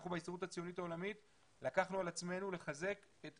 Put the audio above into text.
אנחנו בהסתדרות הציונית העולמית לקחנו על עצמנו לחזק יותר